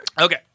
Okay